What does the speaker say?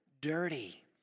dirty